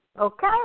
Okay